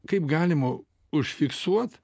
kaip galima užfiksuot